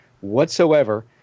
whatsoever